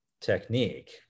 technique